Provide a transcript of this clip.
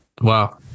Wow